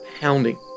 pounding